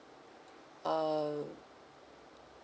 uh